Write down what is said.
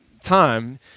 time